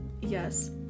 Yes